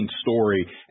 story